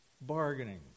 Bargaining